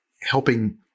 helping